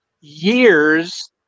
years